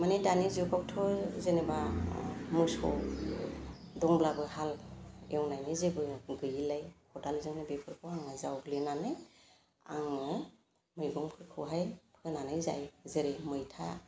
माने दानि जुगावथ' जेनेबा मोसौ दंब्लाबो हाल एवनायनि जेबो गैयैलाय खदालजोंनो बेफोरखौ आङो जावग्लिनानै आङो मैगंफोरखौहाय फोनानै जायो जेरै मैथा